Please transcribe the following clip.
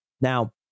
Now